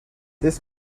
this